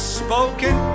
spoken